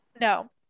no